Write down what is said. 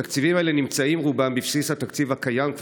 התקציבים האלה כבר נמצאים רובם בבסיס התקציב הקיים,